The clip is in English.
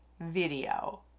video